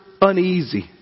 uneasy